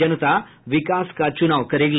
जनता विकास का चूनाव करेगी